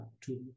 two